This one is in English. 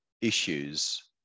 issues